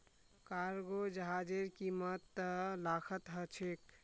cargo जहाजेर कीमत त लाखत ह छेक